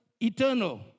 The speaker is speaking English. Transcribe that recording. eternal